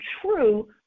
true